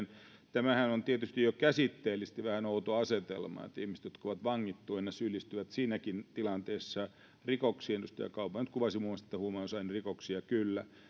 tämähän on tietysti jo käsitteellisesti vähän outo asetelma että ihmiset jotka ovat vangittuina syyllistyvät siinäkin tilanteessa rikoksiin edustaja kauma kuvasi muun muassa että huumausainerikoksiin on